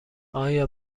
آیا